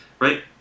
right